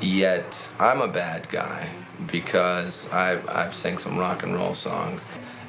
yet i'm a bad guy because i've i've sang some rock and roll songs